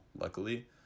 luckily